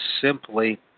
simply